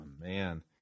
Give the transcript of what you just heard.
man